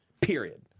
Period